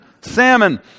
Salmon